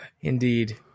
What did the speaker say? Indeed